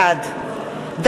בעד עמר בר-לב,